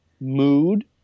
mood